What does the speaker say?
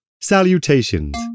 Salutations